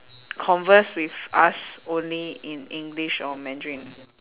converse with us only in english or mandarin